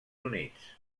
units